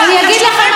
שנייה.